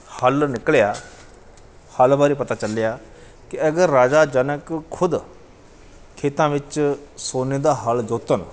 ਹੱਲ ਨਿਕਲਿਆ ਹੱਲ ਬਾਰੇ ਪਤਾ ਚੱਲਿਆ ਕਿ ਅਗਰ ਰਾਜਾ ਜਨਕ ਖੁਦ ਖੇਤਾਂ ਵਿੱਚ ਸੋਨੇ ਦਾ ਹਲ਼ ਜੋਤਣ